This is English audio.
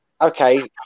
okay